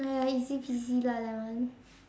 !aiya! easy peasy lah that one